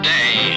Day